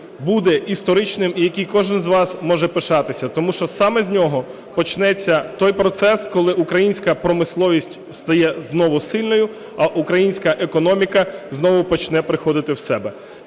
буде історичним і який кожен з вас може пишатися, тому що саме з нього почнеться той процес, коли українська промисловість стає знову сильною, а українська економіка знову почне приходити в себе.